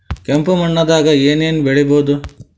ಕೆಂಪು ಮಣ್ಣದಾಗ ಏನ್ ಏನ್ ಬೆಳಿಬೊದು?